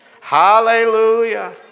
Hallelujah